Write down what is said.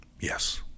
Yes